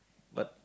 but